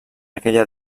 aquella